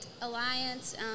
alliance